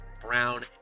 Brown